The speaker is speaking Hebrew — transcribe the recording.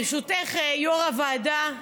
ברשותך, יו"ר הוועדה,